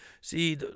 see